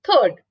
Third